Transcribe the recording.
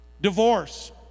Divorce